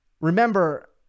remember